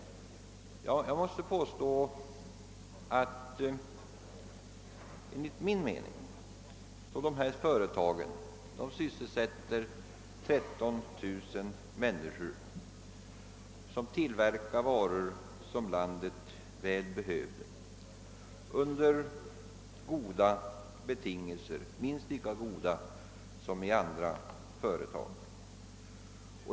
Dessa företag sysselsätter 13 000 människor, som tillverkar sådana varor som landet väl behöver. Detta sker under goda betingelser, minst lika goda som i andra företag.